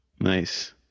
Nice